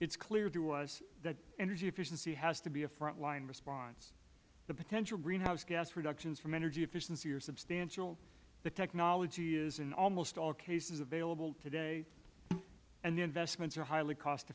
is clear to us that energy efficiency has to be a front line response the potential greenhouse gas reductions from energy efficiency are substantial the technology is in almost all cases available today and the investments are highly cost